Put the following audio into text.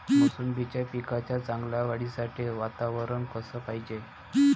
मोसंबीच्या पिकाच्या चांगल्या वाढीसाठी वातावरन कस पायजे?